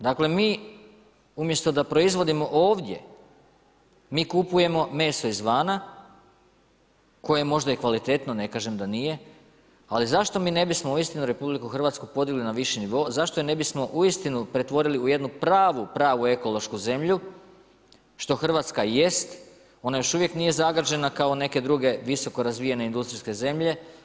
Dakle, mi umjesto da proizvodimo ovdje, mi kupujemo meso iz vana, koje je možda i kvalitetno, ne kažem da nije, ali zašto mi ne bismo uistinu u RH podigli na viši nivo, zašto ju ne bismo uistinu pretvorili u jednu pravu, pravu ekološku zemlju, što Hrvatska jest, ona još uvijek nije zagađena kao neke druge visoko razvijene industrijske zemlje.